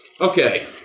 Okay